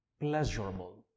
pleasurable